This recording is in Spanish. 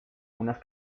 unas